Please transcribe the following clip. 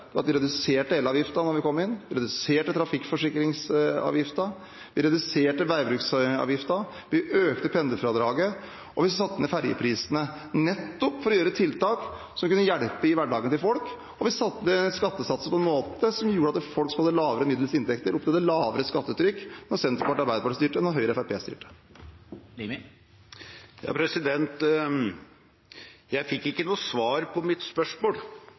vi redusere elavgiften, vi reduserte trafikkforsikringsavgiften, vi reduserte veibruksavgiften, vi økte pendlerfradraget, og vi satte ned fergeprisene – nettopp for å gjøre tiltak som kunne hjelpe folk i hverdagen. Vi satte ned skattesatsene på en måte som gjorde at folk som hadde lavere enn middels inntekt, opplever et lavere skattetrykk når Senterpartiet og Arbeiderpartiet styrer, enn da Høyre og Fremskrittspartiet styrte. Hans Andreas Limi – til oppfølgingsspørsmål. Jeg fikk ikke noe svar på mitt spørsmål